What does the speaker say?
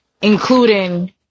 including